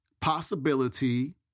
possibility